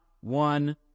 one